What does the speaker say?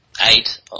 eight